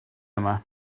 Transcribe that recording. yma